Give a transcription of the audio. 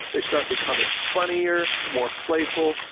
they start becoming funnier, more playful.